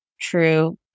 true